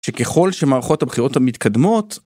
שככל שמערכות הבחירות המתקדמות